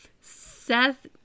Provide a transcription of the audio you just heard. Seth